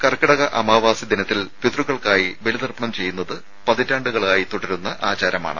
കർക്കിടക അമാവാസി ദിനത്തിൽ പിത്വക്കൾക്കായി ബലിതർപ്പണം ചെയ്യുന്നത് പതിറ്റാണ്ടുകലായി തുടരുന്ന ആചാരമാണ്